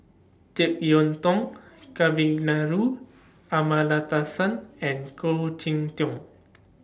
Jek Yeun Thong Kavignareru Amallathasan and Khoo Cheng Tiong